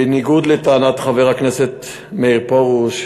בניגוד לטענת חבר הכנסת מאיר פרוש,